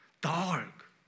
Dark